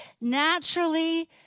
naturally